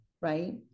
right